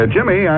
Jimmy